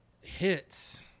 hits